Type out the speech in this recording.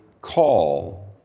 call